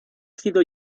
sido